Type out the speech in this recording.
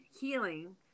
healing